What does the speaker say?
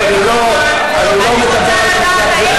אני לא מדבר על חזק וחלש,